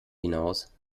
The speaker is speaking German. hinaus